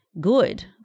good